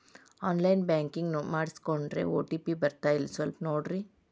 on line banking ಮಾಡಿಸ್ಕೊಂಡೇನ್ರಿ OTP ಬರ್ತಾಯಿಲ್ಲ ಸ್ವಲ್ಪ ನೋಡ್ರಿ